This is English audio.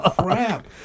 crap